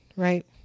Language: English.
right